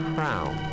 Crown